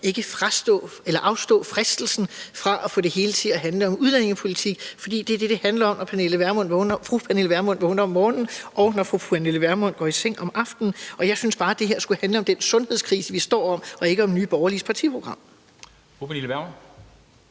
før afstå fristelsen for at få det hele til at handle om udlændingepolitik, fordi det er det, det handler om, når fru Pernille Vermund vågner om morgenen, og når fru Pernille Vermund går i seng om aftenen. Jeg synes bare, at det her skulle handle om den sundhedskrise, vi står i, og ikke om Nye Borgerliges partiprogram. Kl. 10:58 Formanden